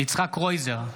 יצחק קרויזר,